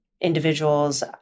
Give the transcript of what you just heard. individuals